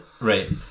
Right